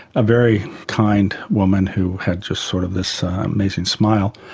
a very kind woman who had just sort of this amazing smile.